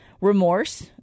Remorse